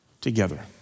together